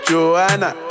Joanna